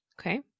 Okay